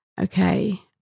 Okay